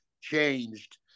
changed